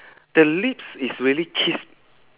the lips is really kiss